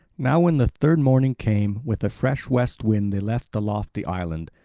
now when the third morning came, with a fresh west wind they left the lofty island.